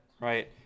right